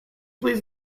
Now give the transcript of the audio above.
please